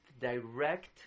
direct